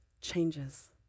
changes